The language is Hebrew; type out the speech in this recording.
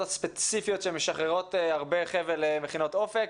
הספציפיות שמשחררות הרבה חבל במכינות אופק.